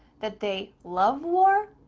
that they love war?